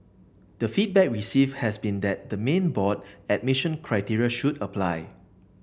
the feedback receive has been that the main board admission criteria should apply